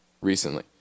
recently